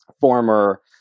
former